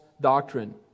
doctrine